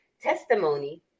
testimony